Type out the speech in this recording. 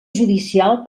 judicial